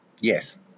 Yes